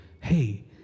hey